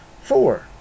Four